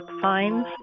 fines